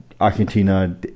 Argentina